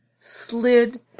slid